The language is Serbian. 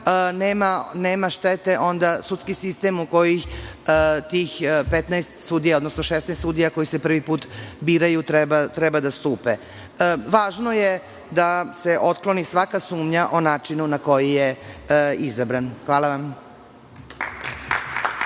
nema štete sudski sistem u koji tih 15 odnosno 16 sudija, koji se prvi put biraju, treba da stupe. Važno je da se otkloni svaka sumnja o načinu na koji je izabran. Hvala vam.